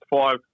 five